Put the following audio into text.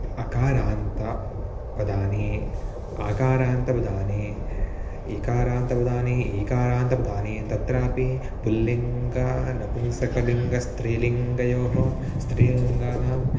अकारान्त पदानि आकारान्त पदानि इकारान्त पदानि ईकारान्त पदानि तत्रापि पुल्लिङ्गं नपुंसकलिङ्गं स्त्रीलिङ्गयोः स्त्रीलिङ्गानाम्